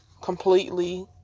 completely